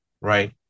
Right